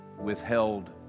withheld